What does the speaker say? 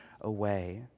away